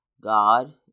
God